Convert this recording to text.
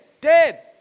dead